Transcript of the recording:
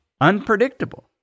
unpredictable